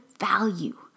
value